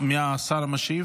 מי השר המשיב?